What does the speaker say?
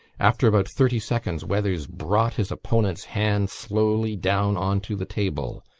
after about thirty seconds weathers brought his opponent's hand slowly down on to the table.